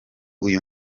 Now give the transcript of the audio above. uyu